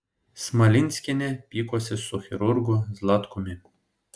smalinskienė pykosi su chirurgu zlatkumi